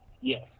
Yes